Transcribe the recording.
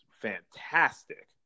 fantastic